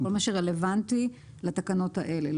מה שרלוונטי לתקנות אלה.